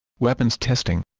weapons testing